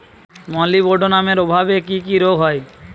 মলিবডোনামের অভাবে কি কি রোগ হয়?